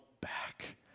back